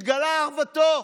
התגלתה ערוותו,